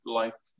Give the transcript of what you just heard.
life